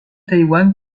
taïwan